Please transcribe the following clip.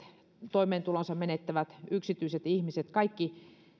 toimeentulonsa menettävät yksityiset ihmiset kaikki